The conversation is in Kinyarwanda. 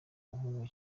umuhungu